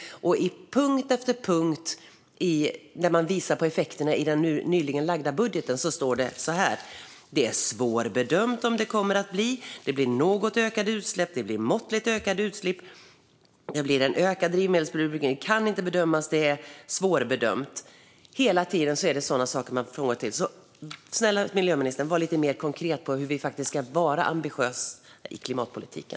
På punkt efter punkt står det när effekterna av den nyligen framlagda budgeten visas: Det är svårbedömt hur det kommer att bli. Det blir något ökade utsläpp. Det blir måttligt ökade utsläpp. Det blir en ökad drivmedelsförbrukning. Det kan inte bedömas. Det är svårbedömt. Hela tiden är det sådana saker man får läsa. Snälla miljöministern - var lite mer konkret om hur vi ska vara ambitiösa i klimatpolitiken!